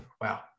Wow